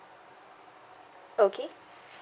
okay